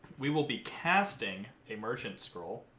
we will be casting immersion school.